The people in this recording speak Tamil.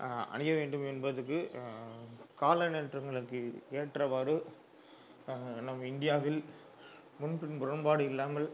அணிய வேண்டும் என்பதுக்கு கால நேற்றங்களுக்கு ஏற்றவாறு நம் இந்தியாவில் முன் பின் முரண்பாடு இல்லாமல்